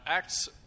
Acts